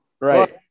Right